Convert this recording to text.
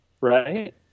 right